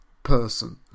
Person